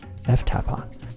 ftapon